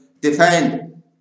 defend